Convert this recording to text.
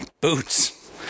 boots